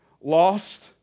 lost